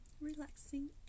relaxing